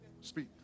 Speak